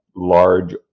large